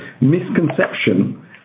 misconception